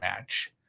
match